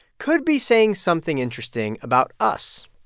could be saying something interesting about us.